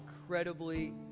incredibly